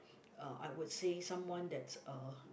uh I would say someone that's uh